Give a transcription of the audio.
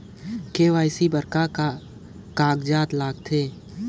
KYC बर कौन का कागजात लगथे?